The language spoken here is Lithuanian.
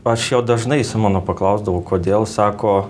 aš jau dažnai simono paklausdavau kodėl sako